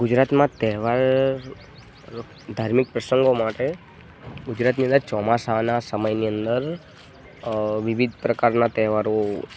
ગુજરાતમાં તહેવાર ધાર્મિક પ્રસંગો માટે ગુજરાતની અંદર ચોમાસાના સમયની અંદર વિવિધ પ્રકારના તહેવારો